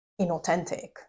inauthentic